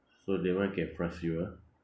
so that one can frus you ah